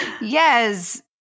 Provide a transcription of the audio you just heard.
Yes